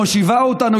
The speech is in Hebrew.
מושיבה אותנו,